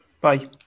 Bye